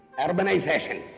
urbanization